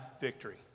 victory